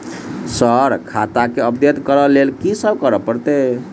Sir खाता केँ update करऽ लेल की सब करै परतै?